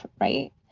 right